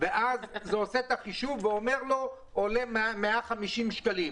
וזה עושה את החישוב ואומר: עולה 150 שקלים.